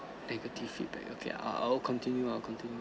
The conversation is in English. negative feedback okay I'll I'll continue I'll continue